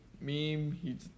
meme